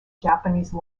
japanese